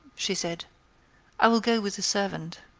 she said i will go with the servant.